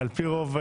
על פי רוב,